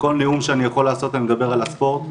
וכל דיון שאני יכול לעשות אני מדבר על הספורט,